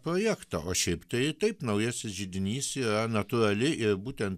projektą o šiaip tai taip naujasis židinys yra natūrali ir būtent